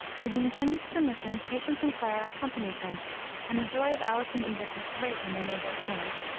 with the intendant's permission, patience and clara accompanied him and the joy of alice and edith was great when they made their appearance.